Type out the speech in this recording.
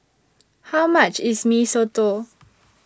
How much IS Mee Soto